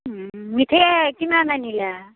মিঠাই কিমান আনিলা